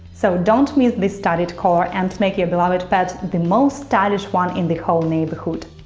so, don't miss this studded collar and make your beloved pet the most stylish one in the whole neighborhood!